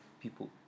people